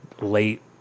late